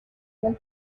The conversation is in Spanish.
del